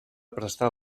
prestar